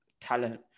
talent